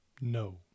no